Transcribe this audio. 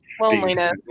Loneliness